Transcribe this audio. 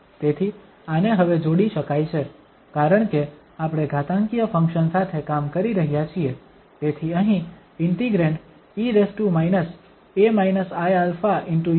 તેથી આને હવે જોડી શકાય છે કારણકે આપણે ઘાતાંકીય ફંક્શન સાથે કામ કરી રહ્યા છીએ તેથી અહીં ઇન્ટિગ્રેંડ e a iαu સાથે છે અને પછી આપણી પાસે du છે